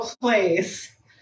place